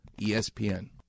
ESPN